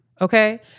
okay